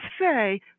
say